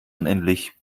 unendlich